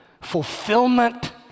fulfillment